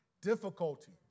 difficulty